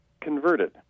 converted